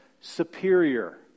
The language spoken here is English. superior